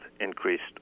increased